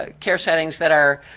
ah care settings that are